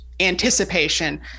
anticipation